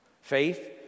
Faith